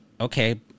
okay